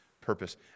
purpose